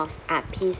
of art piece